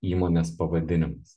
įmonės pavadinimas